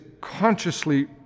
consciously